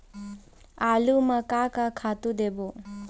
आलू म का का खातू देबो?